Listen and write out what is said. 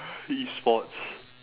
e-sports